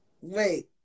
wait